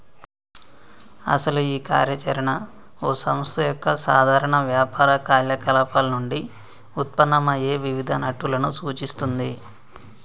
అసలు ఈ కార్య చరణ ఓ సంస్థ యొక్క సాధారణ వ్యాపార కార్యకలాపాలు నుండి ఉత్పన్నమయ్యే వివిధ నట్టులను సూచిస్తుంది